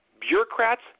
Bureaucrats